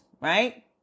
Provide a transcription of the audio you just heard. right